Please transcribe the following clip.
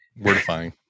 Wordifying